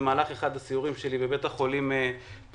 במהלך אחד הסיורים שלי בבית החולים פורייה,